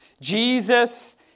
Jesus